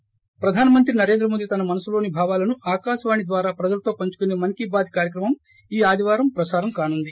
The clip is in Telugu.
ి ప్రధాన మంత్రి నరేంద్ర మోదీ తన మనసులోని భావాలను ఆకాశవాణి ద్వారా ప్రజలతో పంచుకుసే మన్కీ బాత్ కార్యక్రమం ఈ ఆదివారం ప్రసారం కానుంది